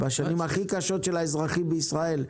בשנים הכי קשות של האזרחים בישראל,